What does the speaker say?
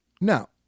Now